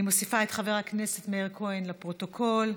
אני מוסיפה את חבר הכנסת מאיר כהן, לפרוטוקול.